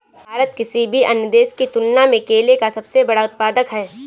भारत किसी भी अन्य देश की तुलना में केले का सबसे बड़ा उत्पादक है